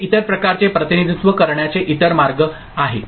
हे इतर प्रकारचे प्रतिनिधित्व करण्याचे इतर मार्ग आहे